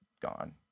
gone